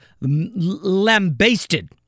lambasted